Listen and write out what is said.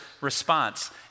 response